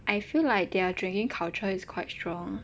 I feel like their drinking culture is quite strong